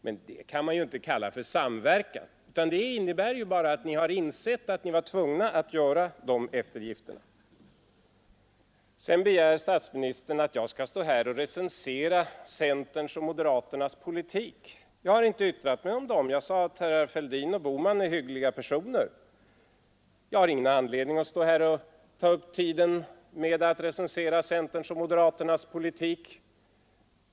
Men detta kan man ju inte kalla för samverkan, utan det innebär bara att ni har insett att ni var tvungna att göra de eftergifterna Sedan begär statsministern att jag skall stå här och recensera centerns och moderaternas politik. Jag har inte yttrat mig om den. Jag sade att herrar Fälldin och Bohman är hyggliga personer, men jag har ingen anledning att ta upp tiden med att recensera centerns och moderaternas politik.